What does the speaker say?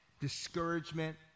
discouragement